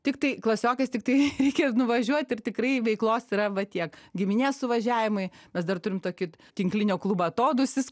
tiktai klasiokais tiktai reikia nuvažiuot ir tikrai veiklos yra va tiek giminės suvažiavimai mes dar turim tokį tinklinio klubą atodūsis